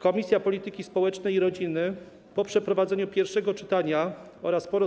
Komisja Polityki Społecznej i Rodziny, po przeprowadzeniu pierwszego czytania oraz po